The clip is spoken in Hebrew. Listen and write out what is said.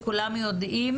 כולם יודעים